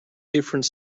different